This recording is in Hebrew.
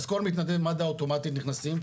אז כל מתנדבי מד"א אוטומטית נכנסים,